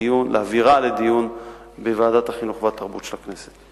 ולהעבירה לדיון בוועדת החינוך והתרבות של הכנסת.